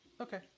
Okay